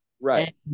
Right